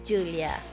Julia